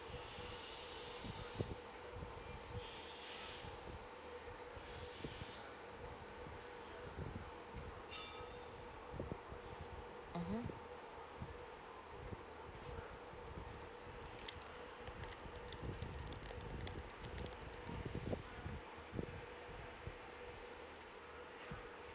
mmhmm